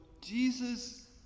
Jesus